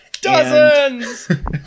Dozens